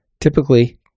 Typically